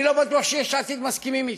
אני לא בטוח שיש עתיד מסכימים אתי,